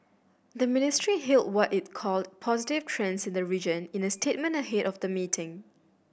the ministry hailed what it called positive trends in the region in the statement ahead of the meeting